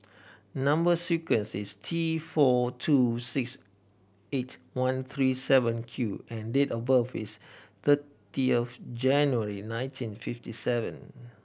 number sequence is T four two six eight one three seven Q and date of birth is thirty of January nineteen fifty seven